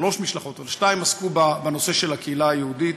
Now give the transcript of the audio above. שתיים עסקו בנושא של הקהילה היהודית,